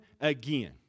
again